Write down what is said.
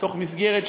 בתוך מסגרת,